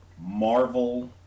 Marvel